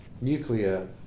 nuclear